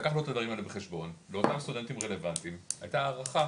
לקחנו את הדברים האלו בחשבון ולאותם סטודנטים רלוונטיים הייתה הארכה